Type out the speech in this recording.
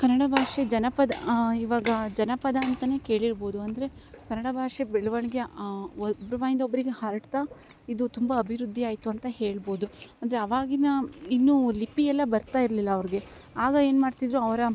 ಕನ್ನಡ ಭಾಷೆ ಜನಪದ ಇವಾಗ ಜನಪದ ಅಂತೆಯೇ ಕೇಳಿರಬೌದು ಅಂದರೆ ಕನ್ನಡ ಭಾಷೆ ಬೆಳವಣ್ಗೆ ಒಬ್ರ ಬಾಯಿಂದ ಒಬ್ರಿಗೆ ಹರಡ್ತಾ ಇದು ತುಂಬ ಅಭಿವೃದ್ದಿ ಆಯ್ತು ಅಂತ ಹೇಳಬೌದು ಅಂದರೆ ಆವಾಗಿನ ಇನ್ನು ಲಿಪಿ ಎಲ್ಲ ಬರ್ತಾ ಇರಲಿಲ್ಲ ಅವ್ರಿಗೆ ಆಗ ಏನು ಮಾಡ್ತಿದ್ರು ಅವ್ರು